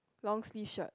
long sleeve shirt